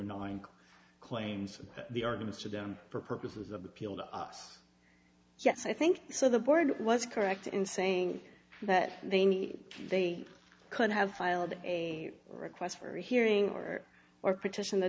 knowing claims the arguments to them for purposes of appeal to us yes i think so the board was correct in saying that they need they could have filed a request for a hearing or or petition the